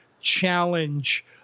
challenge